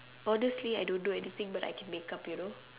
honestly I don't know anything but I can make up you know